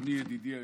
ידידי היושב-ראש,